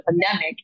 pandemic